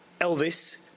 Elvis